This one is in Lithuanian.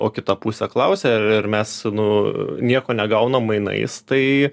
o kita pusė klausia ir mes nu nieko negaunam mainais tai